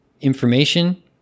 information